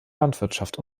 landwirtschaft